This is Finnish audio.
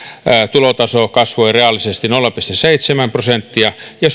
tulotaso kasvoi reaalisesti nolla pilkku seitsemän prosenttia ja